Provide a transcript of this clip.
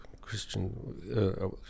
Christian